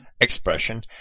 expression